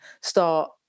start